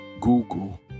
Google